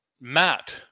Matt